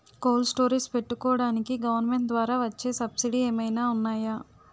Cold storage పెట్టుకోడానికి government ద్వారా వచ్చే సబ్సిడీ ఏమైనా ఉన్నాయా?